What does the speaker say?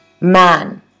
man